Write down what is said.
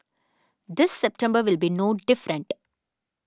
this September will be no different